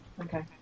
Okay